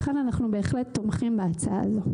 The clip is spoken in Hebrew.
לכן אנחנו בהחלט תומכים בהצעה הזאת.